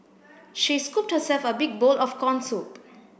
she scooped herself a big bowl of corn soup